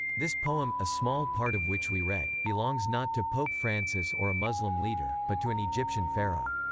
this poem, a small part of which we read, belongs not to pope francis or a muslim leader, but to an egyptian pharaoh.